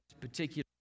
particular